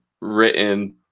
written